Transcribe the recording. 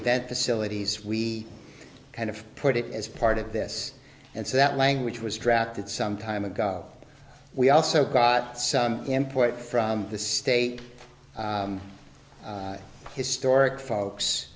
event facilities we kind of put it as part of this and so that language was drafted some time ago we also got some import from the state historic folks